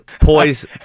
poise